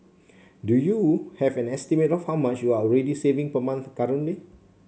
do you have an estimate of how much you're already saving per month currently